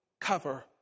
cover